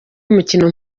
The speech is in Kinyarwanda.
umukino